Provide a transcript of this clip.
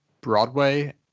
Broadway